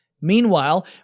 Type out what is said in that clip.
Meanwhile